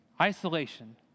isolation